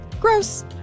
Gross